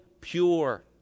pure